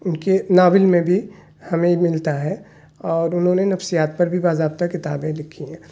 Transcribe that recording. ان کے ناول میں بھی ہمیں ملتا ہے اور انہوں نے نفسیات پر بھی باضابطہ کتابیں لکھی ہیں